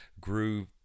grew